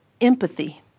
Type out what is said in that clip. Empathy